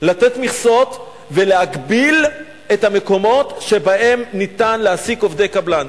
לתת מכסות ולהגביל את המקומות שבהם ניתן להעסיק עובדי קבלן,